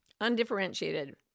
undifferentiated